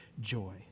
joy